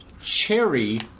Cherry